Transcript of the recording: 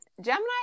Gemini